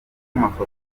amafoto